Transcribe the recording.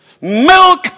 Milk